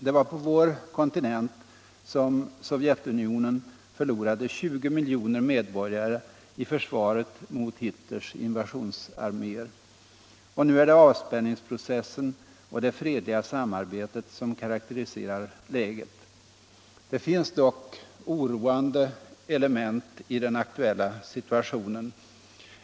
Det var på vår kontinent som Sovjetunionen förlorade 20 miljoner medborgare i försvaret mot Hitlers invasionsarméer. Och nu är det avspänningsprocessen och det fredliga samarbetet som karakteriserar läget. Det finns dock oroande element i den aktuella situationen.